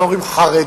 והם אומרים "חרדים",